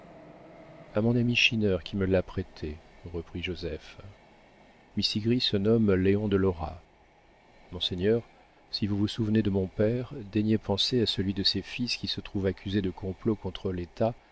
a mon ami schinner qui me l'a prêté reprit joseph mistigris se nomme léon de lora monseigneur si vous vous souvenez de mon père daignez penser à celui de ses fils qui se trouve accusé de complot contre l'état